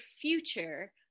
future